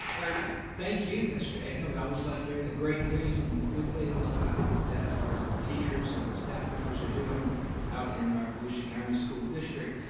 thank you. thank you, mr. egnor, we always like hearing the great news and the good things that our ah our teachers and staff members are doing out in our volusia county school district.